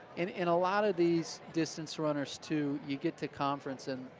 and and a lot of these distance runners, too, you get to conference and